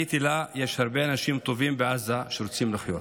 עניתי לה: יש הרבה אנשים טובים בעזה שרוצים לחיות.